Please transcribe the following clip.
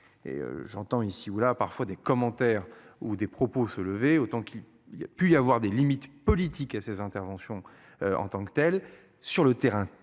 et j'entends ici ou là, parfois des commentaires ou des propos se lever autant qu'il y a pu y avoir des limites politiques à ses interventions en tant que telle sur le terrain